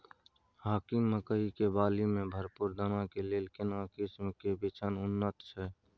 हाकीम मकई के बाली में भरपूर दाना के लेल केना किस्म के बिछन उन्नत छैय?